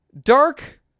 Dark